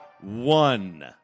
one